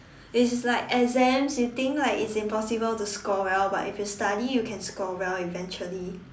which is like exams you think that it's impossible to score well but if you study you can score well eventually